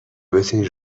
بتونی